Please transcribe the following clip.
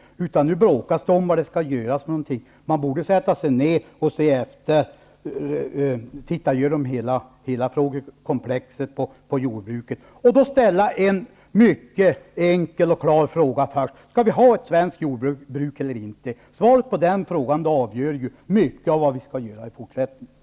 Nu bråkar man om vad som skall göras. Man borde sätta sig ner och gå igenom hela frågekomplexet på jordbrukets område och då ställa en mycket enkel och klar fråga: Skall vi ha ett svenskt jordbruk eller inte? Svaret på den frågan avgör mycket av vad vi skall göra i fortsättningen.